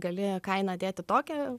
gali kainą dėti tokią